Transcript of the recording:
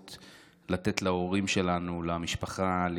לתת להורים שלנו, למשפחה, להיות גאים.